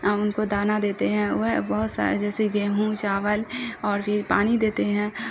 ہم ان کو دانہ دیتے ہیں وہ بہت سارے جیسے گیہوں چاول اور پھر پانی دیتے ہیں